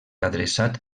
adreçat